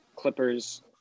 Clippers